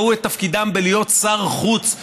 ראו את תפקידם בלהיות שר חוץ,